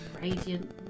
Radiant